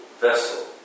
vessel